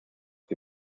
que